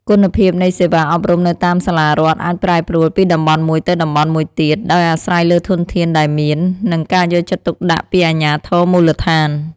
គុណភាពនៃសេវាអប់រំនៅតាមសាលារដ្ឋអាចប្រែប្រួលពីតំបន់មួយទៅតំបន់មួយទៀត ដោយអាស្រ័យលើធនធានដែលមាន និងការយកចិត្តទុកដាក់ពីអាជ្ញាធរមូលដ្ឋាន។